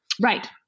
right